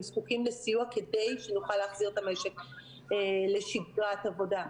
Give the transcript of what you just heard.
הם זקוקים לסיוע כדי שנוכל להחזיר את המשק לשגרת עבודה.